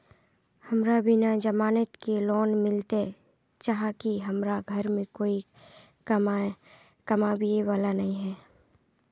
हमरा बिना जमानत के लोन मिलते चाँह की हमरा घर में कोई कमाबये वाला नय है?